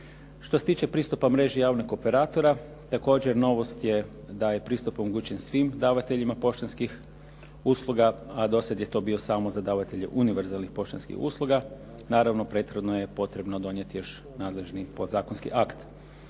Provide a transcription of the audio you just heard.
Što se tiče pristupa mreži javnog kooperatora, također novost je da je pristup omogućen svim davateljima poštanskih usluga, a dosad je to bio samo za davatelje univerzalnih poštanskih usluga. Naravno prethodno je potrebno donijeti još nadležni podzakonski akt.